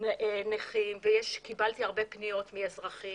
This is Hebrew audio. קיבלתי הרבה פניות מאזרחים